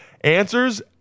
answers